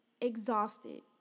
exhausted